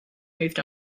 moved